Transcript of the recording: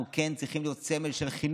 אנחנו כן צריכים להיות סמל של חינוך